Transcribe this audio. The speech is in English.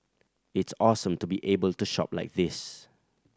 it's awesome to be able to shop like this